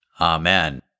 Amen